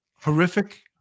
horrific